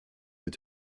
mit